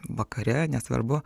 vakare nesvarbu